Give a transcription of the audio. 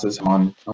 on